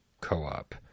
co-op